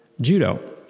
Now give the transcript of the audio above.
Judo